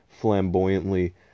flamboyantly